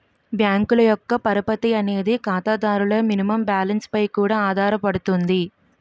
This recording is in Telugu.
బ్యాంకుల యొక్క పరపతి అనేది ఖాతాదారుల మినిమం బ్యాలెన్స్ పై కూడా ఆధారపడుతుంది